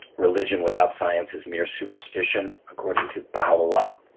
religion without science is mere superstition, according to baha'i ah law.